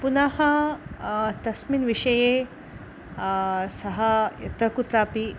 पुनः तस्मिन् विषये सः यत्रकुत्रापि